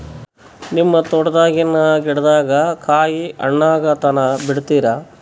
ನಿಮ್ಮ ತೋಟದಾಗಿನ್ ಗಿಡದಾಗ ಕಾಯಿ ಹಣ್ಣಾಗ ತನಾ ಬಿಡತೀರ?